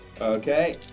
Okay